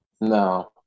No